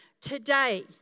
Today